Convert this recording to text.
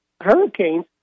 hurricanes